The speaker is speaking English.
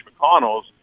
McConnells